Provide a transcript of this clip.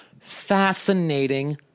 fascinating